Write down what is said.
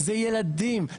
זה ילדים,